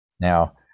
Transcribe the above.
Now